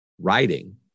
writing